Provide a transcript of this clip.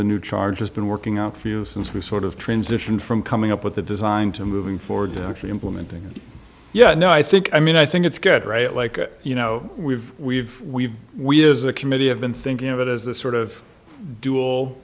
the new charge has been working out for you since we sort of transition from coming up with the design to moving forward and actually implementing yeah no i think i mean i think it's good right like you know we've we've we've we as a committee have been thinking of it as a sort of dual